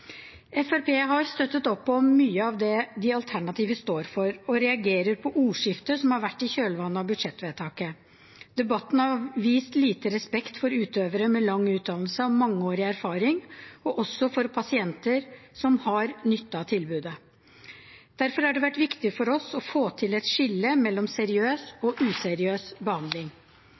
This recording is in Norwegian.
har støttet opp om mye av det de alternative står for, og reagerer på ordskiftet som har vært i kjølvannet av budsjettvedtaket. Debatten har vist lite respekt for utøvere med lang utdannelse og mangeårig erfaring og også for pasienter som har nytte av tilbudet. Derfor har det vært viktig for oss å få til et skille mellom seriøs og useriøs behandling.